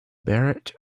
barrett